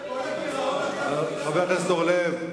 מאמין לעיתונות, חבר הכנסת אורלב,